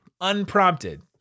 Unprompted